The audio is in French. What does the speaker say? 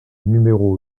numéro